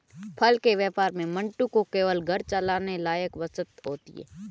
फल के व्यापार में मंटू को केवल घर चलाने लायक बचत होती है